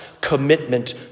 commitment